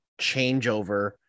changeover